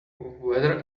whether